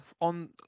on